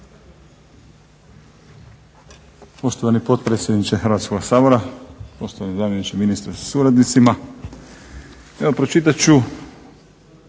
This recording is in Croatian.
Poštovani potpredsjedniče Hrvatskoga sabora, poštovani zamjeniče ministra sa suradnicima. Evo pročitat